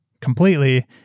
completely